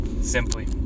Simply